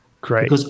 Great